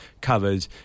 covered